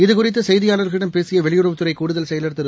இதுகுறித்து செய்தியாளர்களிடம் பேசிய வெளியுறவுத்துறை கூடுதல் செயல் திரு